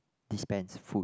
dispense food